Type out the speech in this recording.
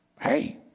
hey